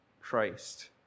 Christ